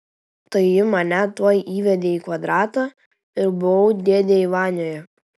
tai ji mane tuoj įvedė į kvadratą ir buvau dėdėj vanioje